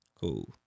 Cool